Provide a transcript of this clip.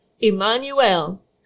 emmanuel